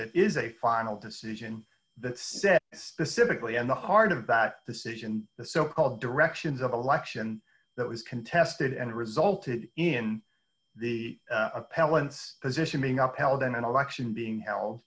that is a final decision that said specifically in the heart of that decision the so called directions of election that was contested and resulted in the appellants position being up held in an election being held